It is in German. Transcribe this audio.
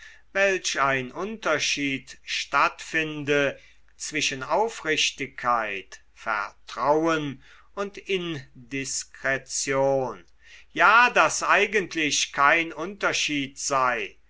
welch ein unterschied stattfinde zwischen aufrichtigkeit vertrauen und indiskretion ja daß eigentlich kein unterschied sei